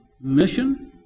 mission